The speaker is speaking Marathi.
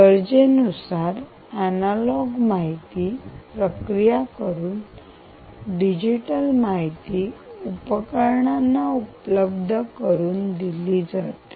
गरजेनुसार ऍनालॉग माहिती प्रक्रिया करून डिजिटल माहिती उपकरणांना उपलब्ध करून दिली जाते